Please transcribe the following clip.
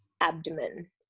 abdomen